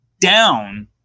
down